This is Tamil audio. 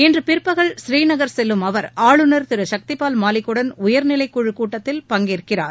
இன்று பிற்பகல் ஸ்ரீநகர் செல்லும்அவர் ஆளுநர் திரு சத்திபால் மாலிக்குடன் உயர்நிலைக்குழு கூட்டத்தில் பங்கேற்கிறார்